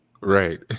Right